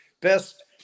best